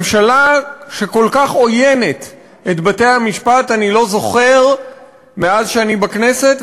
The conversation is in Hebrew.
ממשלה שכל כך עוינת את בתי-המשפט אני לא זוכר מאז שאני בכנסת,